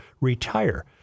retire